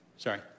Sorry